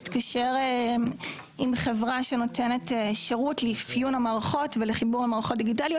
התקשר עם חברה שנותנת שירות לאפיון המערכות ולחיבור המערכות הדיגיטליות,